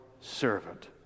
servant